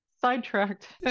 sidetracked